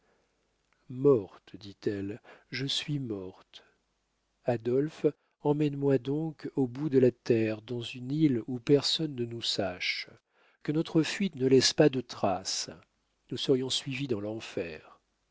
morte dit-elle je suis morte adolphe emmène-moi donc au bout de la terre dans une île où personne ne nous sache que notre fuite ne laisse pas de traces nous serions suivis dans l'enfer